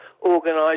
organise